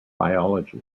biology